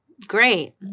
Great